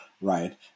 right